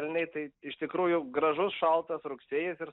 elniai tai iš tikrųjų gražus šaltas rugsėjį ir